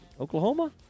Oklahoma